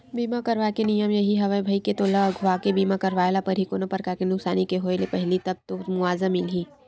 बीमा करवाय के नियम यही हवय भई के तोला अघुवाके बीमा करवाय ल परही कोनो परकार के नुकसानी के होय ले पहिली तब तो मुवाजा मिलही